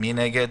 מי נגד?